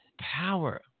power